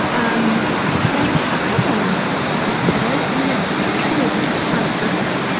um but i try to live without it. i mean it's it's always it's not a perfect,